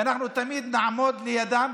ואנחנו תמיד נעמוד לידם.